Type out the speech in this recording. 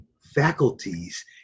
faculties